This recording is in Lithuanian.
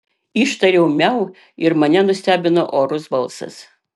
ištariau miau ir mane nustebino orus balsas